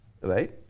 right